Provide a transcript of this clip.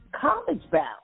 college-bound